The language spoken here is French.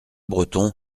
breton